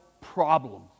problem